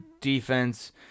defense